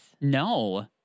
no